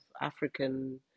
African